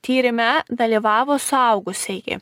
tyrime dalyvavo suaugusieji